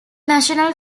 national